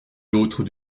l’autre